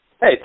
Hey